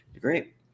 great